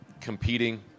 competing